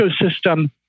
ecosystem